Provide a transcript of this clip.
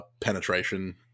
penetration